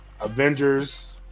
avengers